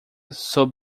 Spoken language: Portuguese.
sob